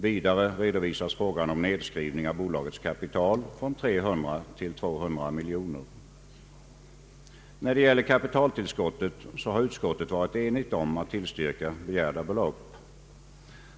Vidare redovisas frågan om nedskrivning av bolagets kapital från 300 till 200 miljoner kronor. När det gäller kapitaltillskottet har utskottet varit enigt om att tillstyrka begärda belopp.